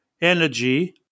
energy